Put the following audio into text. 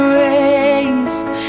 raised